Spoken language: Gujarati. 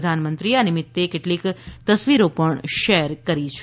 પ્રધાનમંત્રી આ નિમિતે કેટલીક તસવીરો પણ શેર કરી છે